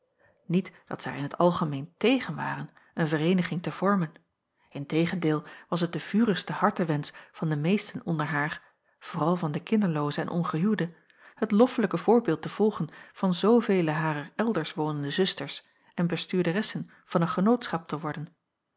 niet dat zij er in t algemeen tegen waren een vereeniging te vormen in tegendeel was het de vurigste hartewensch van de meesten onder haar vooral van de kinderlooze en ongehuwde het loffelijke voorbeeld te volgen van zoovele harer elders wonende zusters en bestuurderessen van een genootschap te worden